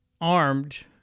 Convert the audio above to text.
armed